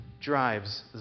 drives